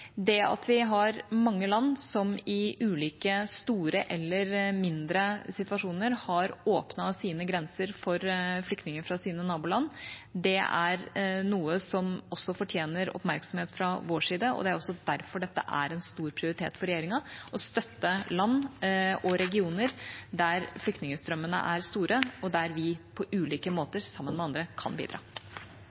Det at det er mange land som i ulike store eller mindre situasjoner har åpnet sine grenser for flyktninger fra sine naboland, er noe som også fortjener oppmerksomhet fra vår side, og det er også derfor det er en stor prioritet for regjeringen å støtte land og regioner der flyktningstrømmene er store, og der vi på ulike måter sammen med andre kan bidra.